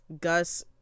Gus